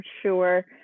sure